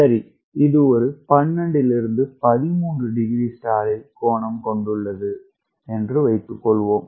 சரி இது ஒரு 12 13 டிகிரி ஸ்டாலில் கோணம் கொண்டுள்ளது என்று வைத்து கொள்வோம்